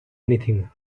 anything